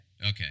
okay